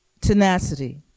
Tenacity